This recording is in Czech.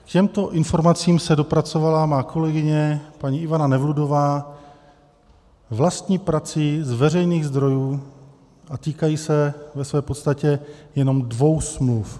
K těmto informacím se dopracovala moje kolegyně paní Ivana Nevludová vlastní prací z veřejných zdrojů a týkají se ve své podstatě jenom dvou smluv.